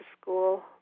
school